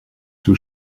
too